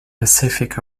pacific